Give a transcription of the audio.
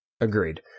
Agreed